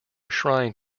shrine